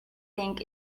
think